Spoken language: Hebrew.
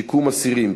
שיקום אסירים,